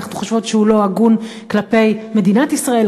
אנחנו חושבות שהוא לא הגון כלפי מדינת ישראל,